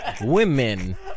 Women